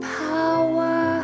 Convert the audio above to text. power